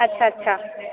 ਅੱਛਾ ਅੱਛਾ